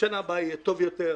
בשנה הבאה יהיה טוב יותר,